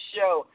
Show